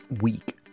week